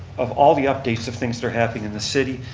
of all the updates of things that are happening in the city.